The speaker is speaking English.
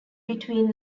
between